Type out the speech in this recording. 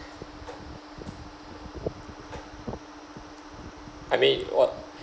I mean what